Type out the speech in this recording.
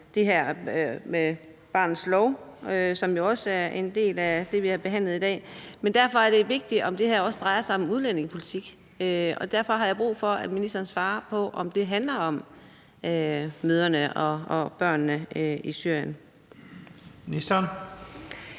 det her med barnets lov, som jo også er en del af det, vi har behandlet i dag. Men det er vigtigt, om det her også drejer sig om udlændingepolitik, og derfor har jeg brug for, at ministeren svarer på, om det handler om mødrene og børnene i Syrien. Kl.